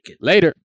Later